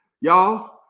Y'all